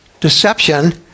Deception